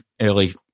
early